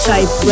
Type